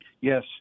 Yes